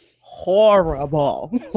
horrible